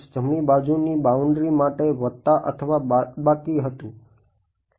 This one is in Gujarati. જમણી બાજુની બાઉન્ડ્રી માટે વત્તા અથવા બાદબાકી હતું